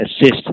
assist